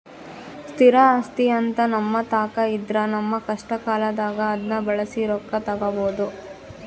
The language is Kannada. ಸ್ಥಿರ ಆಸ್ತಿಅಂತ ನಮ್ಮತಾಕ ಇದ್ರ ನಮ್ಮ ಕಷ್ಟಕಾಲದಾಗ ಅದ್ನ ಬಳಸಿ ರೊಕ್ಕ ತಗಬೋದು